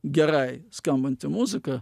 gerai skambanti muzika